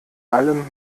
allem